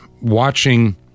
watching